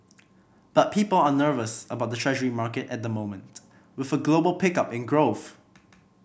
but people are nervous about the Treasury market at the moment with a global pickup in growth